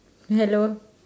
hello